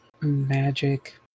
magic